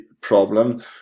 problem